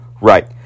Right